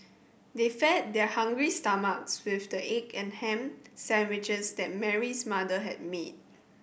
they fed their hungry stomachs with the egg and ham sandwiches that Mary's mother had made